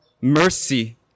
mercy